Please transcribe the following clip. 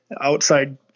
outside